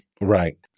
right